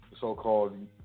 so-called